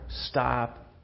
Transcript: stop